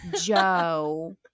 Joe